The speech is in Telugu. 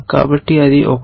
కాబట్టి అది ఒకటి